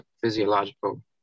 physiological